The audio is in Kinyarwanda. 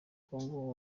congo